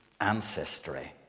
ancestry